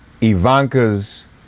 Ivanka's